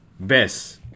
Best